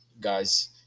guys